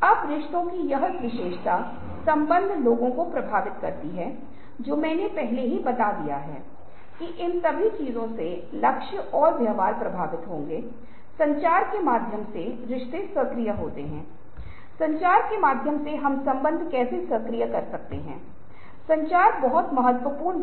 तो आपको यह भी एहसास होगा कि उस विशेष उपन्यास में आदमी अपनी अदर्शनता के बाद बुराई में बदल जाता है क्योंकि अदर्शन उसे बहुत बड़ी शक्ति देता है जब कोई उसे नहीं देख सकता वह वे चीज़ें करता है जो एक समाज में वर्जित हैं जब हम हॉलो मैन के बारे में बात करते है जहां यह ही चीज फिर से दोहराई जाती है कैसे अदृश्यता से शक्ति पैदा होती है और शक्ति बुराई की ओर ले जाती है इसलिए चीजों का आयाम भी कुछ ऐसा है जो बहुत कुछ है